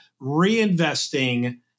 reinvesting